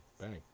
bang